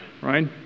right